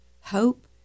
hope